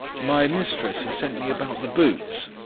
my mistress has sent me about the boots.